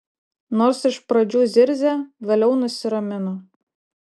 nors iš pradžių zirzė vėliau nusiramino